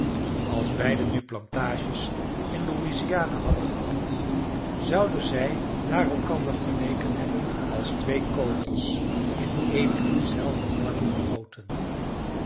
als beiden nu plantages in louisiana hadden gehad zouden zij naar elkander geleken hebben als twee kogels in een en denzelfden vorm gegoten